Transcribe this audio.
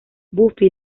buffy